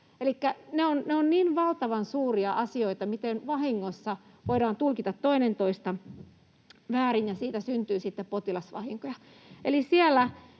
ne ovat niin valtavan suuria asioita, miten vahingossa voidaan tulkita toinen toistaan väärin, ja siitä syntyy sitten potilasvahinkoja.